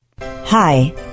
Hi